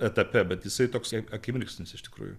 etape bet jisai toksai akimirksnis iš tikrųjų